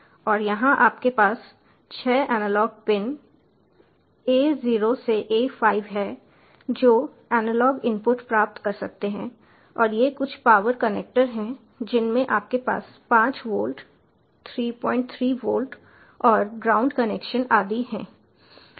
और यहां आपके पास 6 एनालॉग पिन A 0 से A 5 हैं जो एनालॉग इनपुट प्राप्त कर सकते हैं और ये कुछ पावर कनेक्टर हैं जिनमें आपके पास 5 वोल्ट 33 वोल्ट और ग्राउंड कनेक्शन आदि हैं